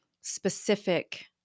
specific